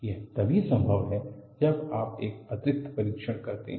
यह तभी संभव है जब आप एक अतिरिक्त परीक्षण करते हैं